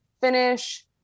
finish